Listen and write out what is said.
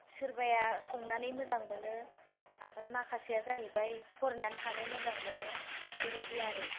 सोरबाया संनानै मोजां मोनो ओमफाय माखासेया जाहैबाय फरायनानै थानो मोजां मोनो बेबादि आरो